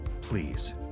please